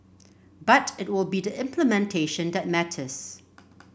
but it will be the implementation that matters